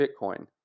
Bitcoin